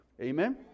Amen